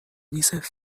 یونیسف